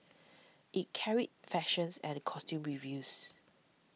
it carried fashions and the costume reviews